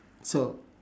so